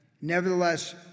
Nevertheless